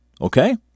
Okay